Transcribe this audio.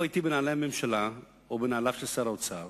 אם הייתי בנעלי הממשלה או בנעליו של שר האוצר